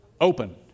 open